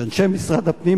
שאנשי משרד הפנים,